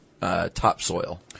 Topsoil